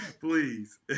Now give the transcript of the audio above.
Please